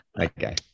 Okay